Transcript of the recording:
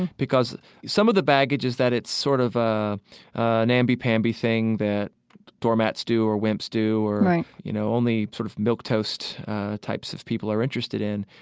because some of the baggage is that it's sort of a namby-pamby thing that doormats do or wimps do right you know, only sort of milquetoast types of people are interested in.